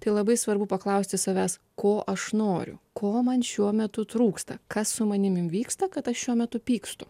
tai labai svarbu paklausti savęs ko aš noriu ko man šiuo metu trūksta kas su manimi vyksta kad šiuo metu pykstu